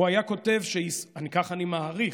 הוא היה כותב, כך אני מעריך,